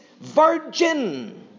virgin